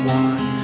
one